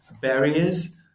barriers